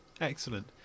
Excellent